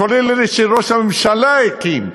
כולל אלה שראש הממשלה הקים,